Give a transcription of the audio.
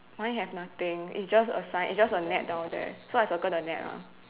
mine have nothing it's just a sign it's just a net down there so I circle the net lah